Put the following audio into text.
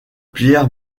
pierre